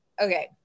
okay